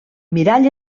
mirall